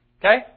Okay